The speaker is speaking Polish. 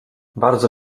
bardzo